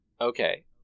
Okay